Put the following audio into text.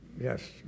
yes